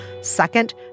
Second